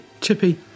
Chippy